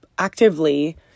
Actively